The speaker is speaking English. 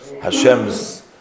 Hashem's